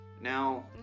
Now